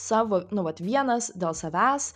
savo nu vat vienas dėl savęs